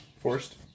Forced